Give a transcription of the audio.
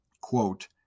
quote